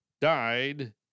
died